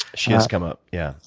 she has come up, yes.